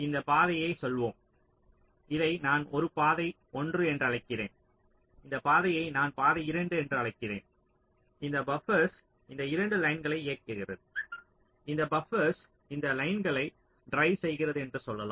இந்த பாதையைச் சொல்வோம் இதை நான் ஒரு பாதை 1 என்று அழைக்கிறேன் இந்த பாதையை நான் பாதை 2 என்று அழைக்கிறேன் இந்த பப்பர்ஸ் இந்த 2 லைன்ஸ்களை இயக்குகிறது இந்த பப்பர்ஸ் இந்த லைன்ஸ்களை ட்ரிவ் செய்கிறது என்று சொல்லலாம்